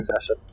session